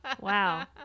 Wow